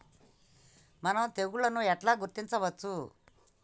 మనం తెగుళ్లను ఎట్లా గుర్తించచ్చు?